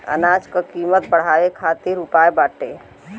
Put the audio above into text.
अनाज क कीमत बढ़ावे खातिर का उपाय बाटे?